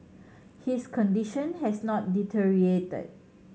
his condition has not deteriorated